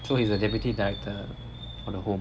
so he's a deputy director for the home